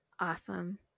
Awesome